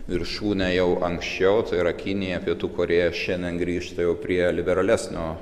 viršūnę jau anksčiau tai yra kinija pietų korėja šiandien grįžta jau prie liberalesnio